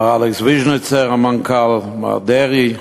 מר אלכס ויז'ניצר, המנכ"ל, מר דרעי,